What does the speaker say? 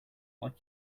like